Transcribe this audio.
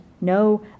no